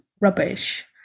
rubbish